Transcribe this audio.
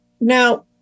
Now